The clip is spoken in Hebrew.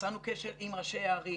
יצרנו קשר עם ראשי הערים.